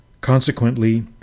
Consequently